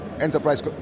enterprise